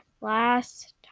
last